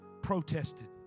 protested